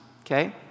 okay